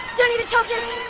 don't eat the chocolates!